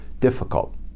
difficult